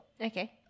Okay